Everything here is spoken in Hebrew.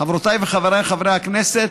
חברות וחברי הכנסת,